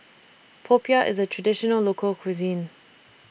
Popiah IS A Traditional Local Cuisine